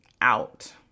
out